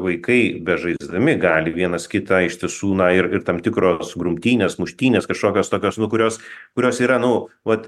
vaikai bežaisdami gali vienas kitą iš tiesų na ir ir tam tikros grumtynės muštynės kažkokios tokios nu kurios kurios yra nu vat